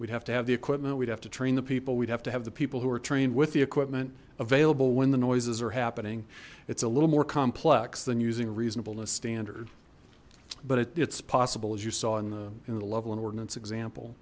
we'd have to have the equipment we'd have to train the people we'd have to have the people who are trained with the equipment available when the noises are happening it's a little more complex than using a reasonableness standard but it's possible as you saw in the level and ordinance example